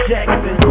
Jackson